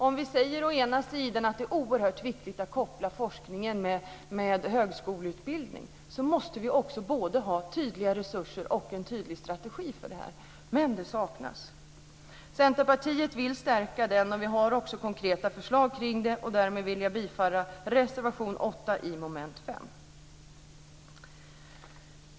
Om vi säger att det är oerhört viktigt att koppla forskning till högskoleutbildningen måste vi också ha både resurser och en tydlig strategi för det. Men detta saknas. Centerpartiet vill stärka det, och vi har också konkreta förslag. Därmed vill jag yrka bifall till reservation 8 under mom. 15.